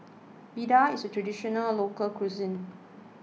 Vadai is Traditional Local Cuisine